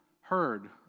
heard